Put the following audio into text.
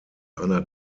einer